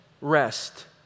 rest